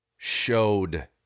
showed